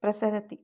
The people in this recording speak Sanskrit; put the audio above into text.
प्रसरति